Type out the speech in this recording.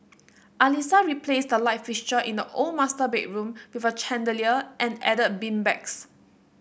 Alissa replaced the light fixture in the old master bedroom with a chandelier and added beanbags